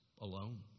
alone